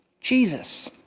Jesus